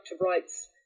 rights